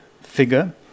figure